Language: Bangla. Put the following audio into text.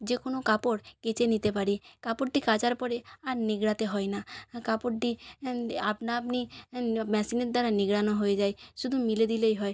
যে কোনো কাপড় কেচে নিতে পারি কাপড়টি কাচার পরে আর নিঙড়াতে হয় না কাপড়টি আপনাআপনি মেশিনের দ্বারা নিঙড়ানো হয়ে যায় শুধু মেলে দিলেই হয়